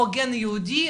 או גן יהודי,